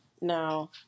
Now